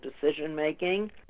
decision-making